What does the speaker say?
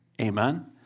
Amen